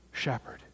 shepherd